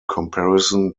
comparison